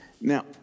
Now